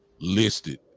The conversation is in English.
listed